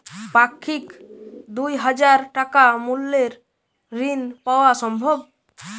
পাক্ষিক দুই হাজার টাকা মূল্যের ঋণ পাওয়া সম্ভব?